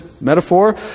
metaphor